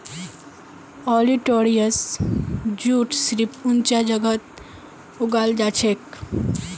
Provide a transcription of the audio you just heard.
olitorius jute सिर्फ ऊंचा जगहत उगाल जाछेक